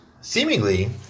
seemingly